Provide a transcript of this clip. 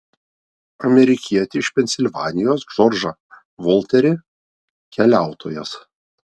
amerikietį iš pensilvanijos džordžą volterį keliautojas